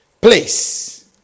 place